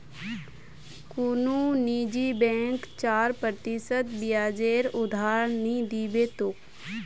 कुनु निजी बैंक चार प्रतिशत ब्याजेर उधार नि दीबे तोक